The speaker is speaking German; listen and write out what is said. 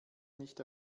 nicht